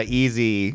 easy